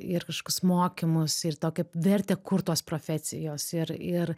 ir kažkokius mokymus ir tokią vertę kurt tos profesijos ir ir